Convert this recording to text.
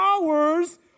hours